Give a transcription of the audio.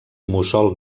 mussol